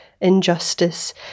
injustice